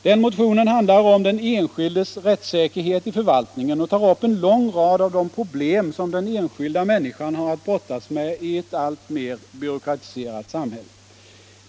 Den motionen handlar om den enskildes rättssäkerhet i förvaltningen och tar upp en lång rad av de problem som den enskilda människan har att brottas med i ett alltmer byråkratiserat samhälle.